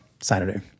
Saturday